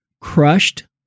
crushed